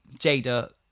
Jada